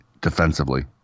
defensively